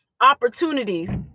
opportunities